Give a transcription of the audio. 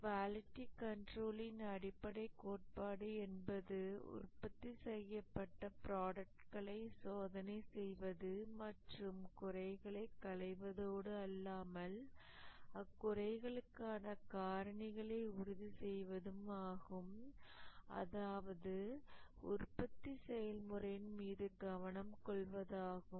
quality கண்ட்ரோல்லின் அடிப்படை கோட்பாடு என்பது உற்பத்தி செய்யப்பட்ட ப்ராடக்ட்களை சோதனை செய்வது மற்றும் குறைகளை களைவதோடு அல்லாமல் அக்குறைகளுக்கான காரணிகளை உறுதி செய்வது ஆகும் அதாவது உற்பத்தி செயல்முறையின் மீது கவனம் கொள்வதாகும்